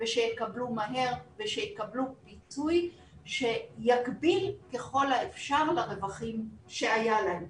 ושיקבלו מהר ושיקבלו פיצוי שיקביל ככל האפשר לרווחים שהיו להם.